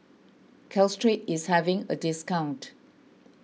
Caltrate is having a discount